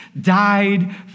died